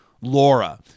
Laura